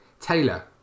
Taylor